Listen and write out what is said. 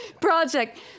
project